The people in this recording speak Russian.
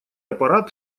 аппарат